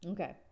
Okay